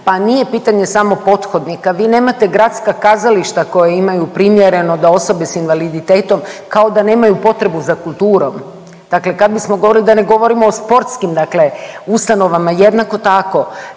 pa nije pitanje samo pothodnika, vi nemate gradska kazališta koji imaju primjerno da osobe s invaliditetom kao da nemaju potrebu za kulturom, dakle kad bismo govorili, da ne govorimo o sportskim dakle ustanovama jednako tako.